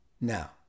Now